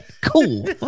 Cool